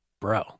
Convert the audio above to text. Bro